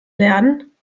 lernen